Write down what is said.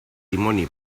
dimoni